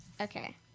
Okay